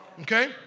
okay